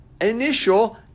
initial